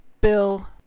bill